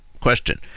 question